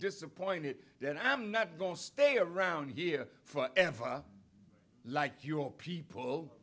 disappointed then i am not going to stay around here for ever like your people